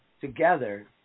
together